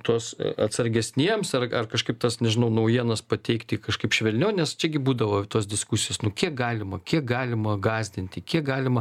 tuos atsargesniems ar ar kažkaip tas nežinau naujienas pateikti kažkaip švelniau nes čia gi būdavo tos diskusijos nu kiek galima kiek galima gąsdinti kiek galima